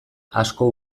asko